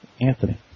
Anthony